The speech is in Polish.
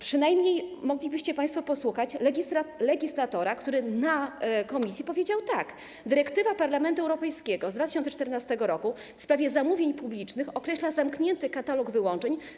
Przynajmniej moglibyście państwo posłuchać legislatora, który na posiedzeniu komisji powiedział tak: Dyrektywa Parlamentu Europejskiego z 2014 r. w sprawie zamówień publicznych określa zamknięty katalog wyłączeń.